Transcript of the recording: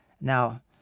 Now